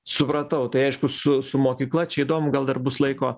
supratau tai aišku su su mokykla čia įdomu gal dar bus laiko